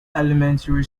elementary